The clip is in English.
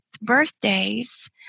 birthdays